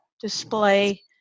display